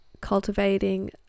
cultivating